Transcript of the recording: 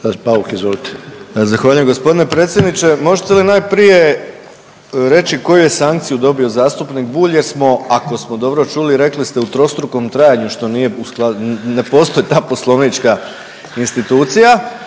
Zahvaljujem gospodine predsjedniče možete li najprije reći koju je sankciju dobio zastupnik Bulj, jer smo ako smo dobro čuli rekli ste u trostrukom trajanju što nije u, ne postoji ta poslovnička institucija.